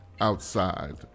outside